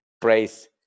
praise